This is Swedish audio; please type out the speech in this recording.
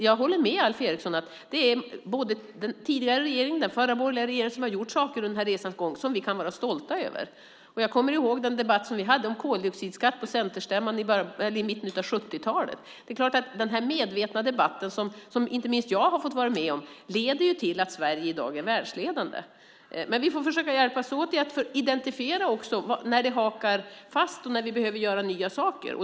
Jag håller med Alf Eriksson om att både den tidigare regeringen och den förra borgerliga regeringen har gjort saker under resans gång som vi kan vara stolta över. Jag kommer ihåg den debatt som vi hade om koldioxidskatt på centerstämman i mitten av 70-talet. Den medvetna debatt som inte minst jag har fått vara med om har lett till att Sverige i dag är världsledande. Men vi får försöka hjälpas åt att identifiera när det hakar fast och när vi behöver göra nya saker.